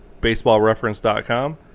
BaseballReference.com